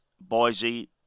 Boise